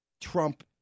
Trump